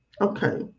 Okay